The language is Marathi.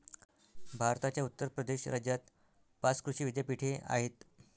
भारताच्या उत्तर प्रदेश राज्यात पाच कृषी विद्यापीठे आहेत